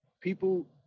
people